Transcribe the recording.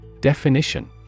Definition